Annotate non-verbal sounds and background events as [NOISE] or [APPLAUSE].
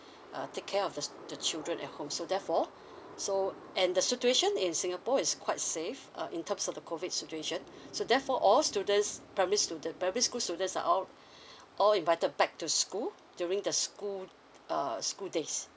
uh take care of the the children at home so therefore so and the situation in singapore is quite safe uh in terms of the COVID situation so therefore all students primary student primary school students are all [BREATH] all invited back to school during the school err school days